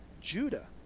Judah